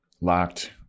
locked